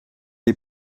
est